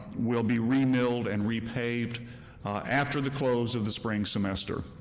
will be remilled and repaved after the close of the spring semester.